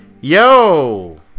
Yo